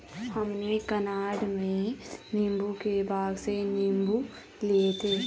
हमने कनाडा में नींबू के बाग से नींबू लिए थे